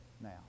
now